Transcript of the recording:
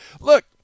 Look